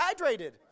hydrated